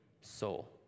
soul